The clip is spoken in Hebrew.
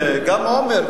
גם עומר,